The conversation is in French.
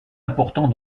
important